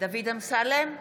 דוד אמסלם,